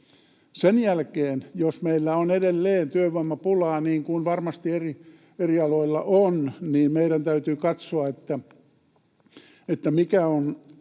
Sen jälkeen, jos meillä on edelleen työvoimapulaa, niin kuin varmasti eri aloilla on, meidän täytyy katsoa, mikä on